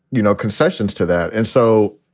you know, concessions to that. and so,